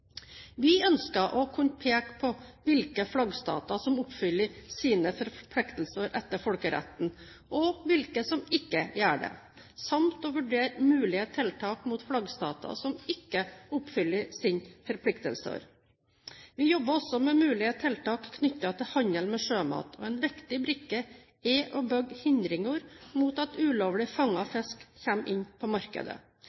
Vi ønsker å kunne peke på hvilke flaggstater som oppfyller sine forpliktelser etter folkeretten, og hvilke som ikke gjør det, samt å vurdere mulige tiltak mot flaggstater som ikke oppfyller sine forpliktelser. Vi jobber også med mulige tiltak knyttet til handel med sjømat, og en viktig brikke er å bygge hindringer mot at ulovlig